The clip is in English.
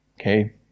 okay